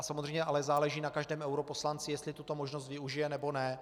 Samozřejmě ale záleží na každém europoslanci, jestli tuto možnost využije, nebo ne.